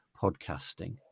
podcasting